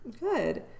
Good